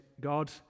God